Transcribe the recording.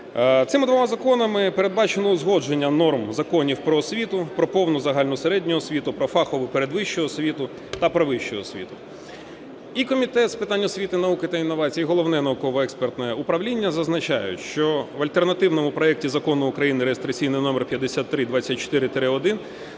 Цими двома законами передбачено узгодження норм законів про освіту: про повну загальну середню освіту, про фахову передвищу освіту та про вищу освіту. І Комітет з питань освіти, науки та інновацій, і Головне науково-експертне управління зазначають, що в альтернативному проекті Закону України (реєстраційний номер 5324-1)